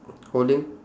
holding